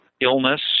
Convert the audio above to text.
illness